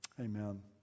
Amen